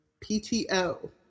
PTO